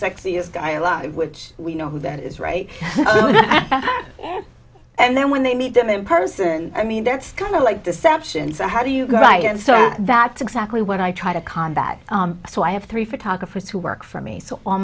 sexiest guy alive which we know who that is right and then when they meet them in person i mean that's kind of like deception so how do you go right and so that's exactly what i try to combat so i have three photographers who work for me so all